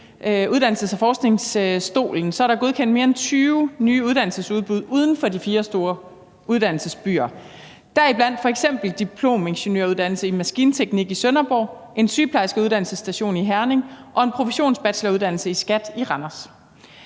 uddannelses- og forskningsstolen er der godkendt mere end 20 nye uddannelsesudbud uden for de fire store uddannelsesbyer, deriblandt f.eks. en diplomingeniøruddannelse i maskinteknik i Sønderborg, en sygeplejerskeuddannelsesstation i Herning og en professionsbacheloruddannelse i skat i Randers.